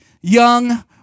young